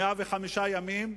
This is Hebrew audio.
105 ימים,